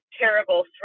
terrible